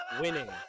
Winning